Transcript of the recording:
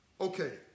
Okay